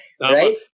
right